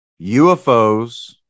UFOs